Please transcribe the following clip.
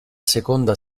seconda